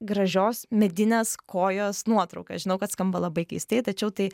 gražios medinės kojos nuotrauka žinau kad skamba labai keistai tačiau tai